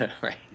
Right